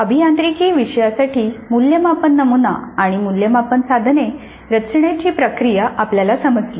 अभियांत्रिकी विषयासाठी मूल्यमापन नमुना आणि मूल्यमापन साधने रचण्याची प्रक्रिया आपल्याला समजली